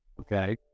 okay